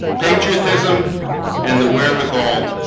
patriotism and the wherewithal